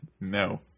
No